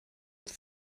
het